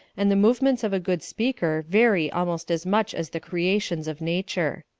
and the movements of a good speaker vary almost as much as the creations of nature.